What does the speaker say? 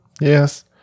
yes